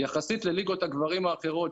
יחסית לליגות הגברים האחרות,